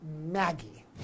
Maggie